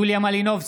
יוליה מלינובסקי,